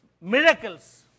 miracles